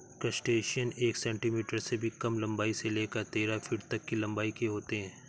crustacean एक centimetre से भी कम लंबाई से लेकर तेरह फीट तक की लंबाई के होते हैं